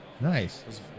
Nice